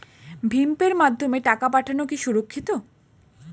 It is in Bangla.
ভিম পের মাধ্যমে টাকা পাঠানো কি সুরক্ষিত?